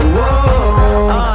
Whoa